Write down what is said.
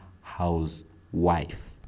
housewife